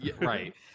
Right